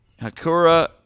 Hakura